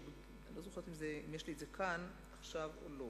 אני לא זוכרת אם זה נמצא אצלי כאן עכשיו או לא.